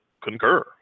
concur